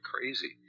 crazy